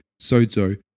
sozo